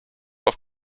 auf